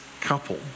couple